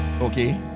Okay